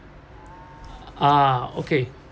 ah okay